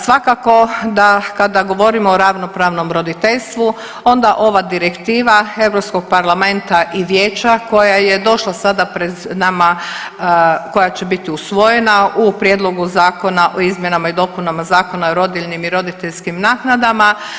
Svakako da kada govorimo o ravnopravnom roditeljsku, onda ova direktiva Europskog parlamenta i Vijeća koja je došla sada pred nama, koja će biti usvojena u Prijedlogu zakona o izmjenama i dopunama Zakona o rodiljnim i roditeljskim naknadama.